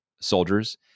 soldiers